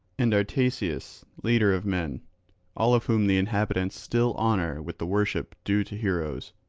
and artaceus, leader of men all of whom the inhabitants still honour with the worship due to heroes.